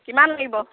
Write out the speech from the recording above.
কিমান লাগিব